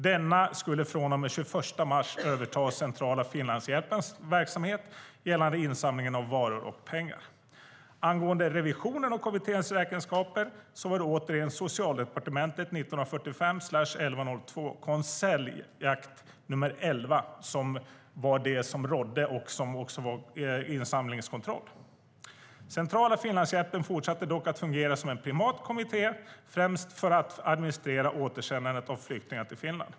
Denna skulle fr.o.m. 21 mars 1940 överta Centrala Finlandshjälpens verksamhet gällande insamlingen av varor och pengar. Angående revisionen av kommitténs räkenskaper, se Socialdepartementet 1945-11-02, konseljakt nr 11." Det var Socialdepartementet som rådde och också kontrollerade insamlingen. "Centrala Finlandshjälpen fortsatte dock att fungera som en privat kommitté främst för att administrera återsändandet av flyktingar till Finland.